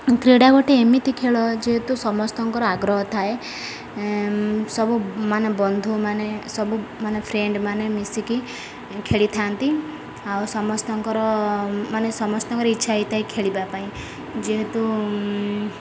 କ୍ରୀଡ଼ା ଗୋଟେ ଏମିତି ଖେଳ ଯେହେତୁ ସମସ୍ତଙ୍କର ଆଗ୍ରହ ଥାଏ ସବୁ ମାନେ ବନ୍ଧୁମାନେ ସବୁ ମାନେ ଫ୍ରେଣ୍ଡ ମାନେ ମିଶିକି ଖେଳିଥାନ୍ତି ଆଉ ସମସ୍ତଙ୍କର ମାନେ ସମସ୍ତଙ୍କର ଇଚ୍ଛା ହେଇଥାଏ ଖେଳିବା ପାଇଁ ଯେହେତୁ